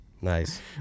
Nice